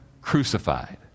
crucified